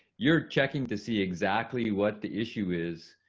you're checking to see exactly what the issue is.